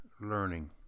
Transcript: learning